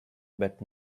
but